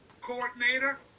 coordinator